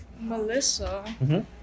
Melissa